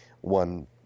one